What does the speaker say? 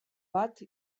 bat